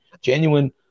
Genuine